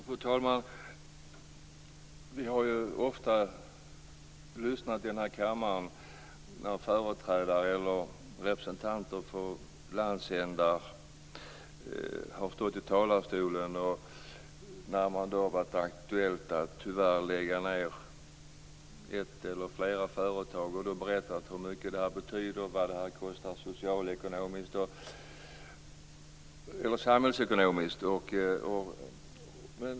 Fru talman! Vi har ju ofta här i kammaren lyssnat när representanter för olika landsändar, när det tyvärr varit aktuellt att lägga ned ett eller flera företag, stått i talarstolen och berättat om hur mycket detta betyder och vad det kostar samhällsekonomiskt.